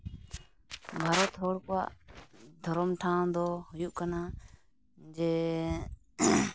ᱵᱷᱟᱨᱚᱛ ᱦᱚᱲ ᱠᱚᱣᱟᱜ ᱫᱷᱚᱨᱚᱢ ᱴᱷᱟᱶ ᱫᱚ ᱦᱩᱭᱩᱜ ᱠᱟᱱᱟ ᱡᱮ